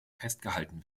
festgehalten